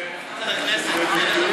ועדת הכנסת,